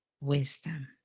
wisdom